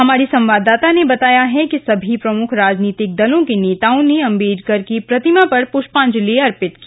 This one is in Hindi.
हमारी संवाददाता ने बताया है कि सभी प्रमुख राजनीतिक दलों के नेताओं ने अम्बेडकर की प्रतिमा पर पुष्पांजलि अर्पित की